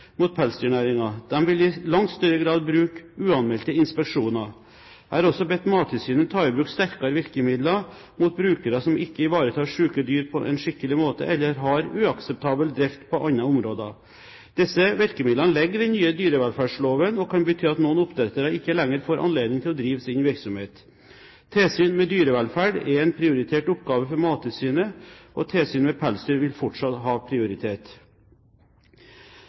vil i langt større grad bruke uanmeldte inspeksjoner. Jeg har også bedt Mattilsynet ta i bruk sterkere virkemidler mot brukere som ikke ivaretar syke dyr på en skikkelig måte eller har uakseptabel drift på andre områder. Disse virkemidlene ligger i den nye dyrevelferdsloven og kan bety at noen oppdrettere ikke lenger får anledning til å drive sin virksomhet. Tilsyn med dyrevelferd er en prioritert oppgave for Mattilsynet, og tilsyn med pelsdyr vil fortsatt ha prioritet.